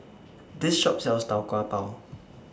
This Shop sells Tau Kwa Pau